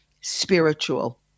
spiritual